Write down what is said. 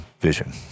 vision